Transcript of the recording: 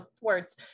words